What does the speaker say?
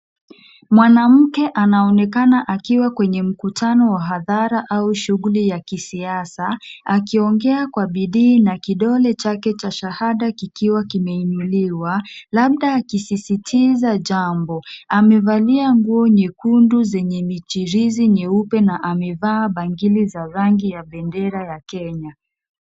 Mwanamke anaonekana akiwa kwenye mkutano hadhara au shughuli ya kisiasa. Akiongea kwa bidii na kidole chake cha shahada kikiwa kimeinuliwa labda akisisitiza jambo. Amevalia nguo nyekundu zenye michirizi nyeupe na amevaa bangili za rangi ya bendera ya Kenya.